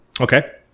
Okay